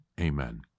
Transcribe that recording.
Amen